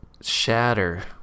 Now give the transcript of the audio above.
shatter